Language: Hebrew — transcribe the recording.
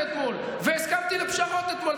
והייתי שותף לזה אתמול והסכמתי לפשרות אתמול,